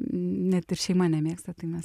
net ir šeima nemėgsta tai mes